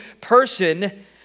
person